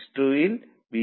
875 ആയിരിക്കണം